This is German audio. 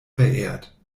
verehrt